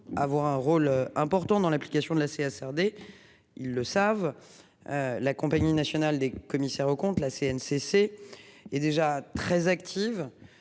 avoir un rôle important dans l'application de la CIA cerné. Ils le savent. La compagnie nationale des commissaires aux comptes la CNCC est déjà très active